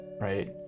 right